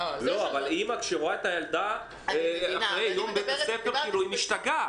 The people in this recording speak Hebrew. אבל כאשר האימא רואה את הילדה אחרי יום כזה בבית הספר היא משתגעת.